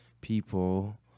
people